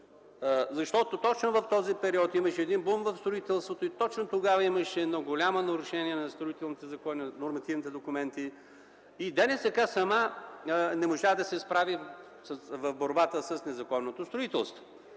Защото точно в този период имаше един бум в строителството и точно тогава имаше едно голямо нарушение на строителните закони, нормативните документи и ДНСК сама не можа да се справи в борбата с незаконното строителство.